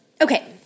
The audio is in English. okay